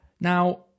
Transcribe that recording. Now